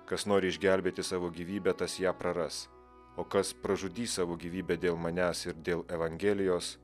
kas nori išgelbėti savo gyvybę tas ją praras o kas pražudys savo gyvybę dėl manęs ir dėl evangelijos